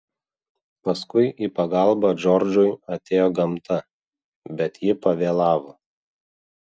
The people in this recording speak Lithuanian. paskui į pagalbą džordžui atėjo gamta bet ji pavėlavo